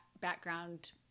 background